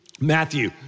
Matthew